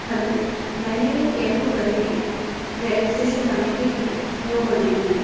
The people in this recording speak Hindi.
हलो मैंने कैब बुक करी है रैलवे स्टेशन जाने के लिए नौ बजे की